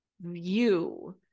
view